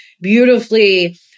beautifully